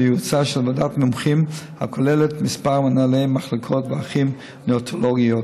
ובייעוצה של ועדת מומחים הכוללת כמה מנהלי מחלקות ואחיות נאונטולוגיות.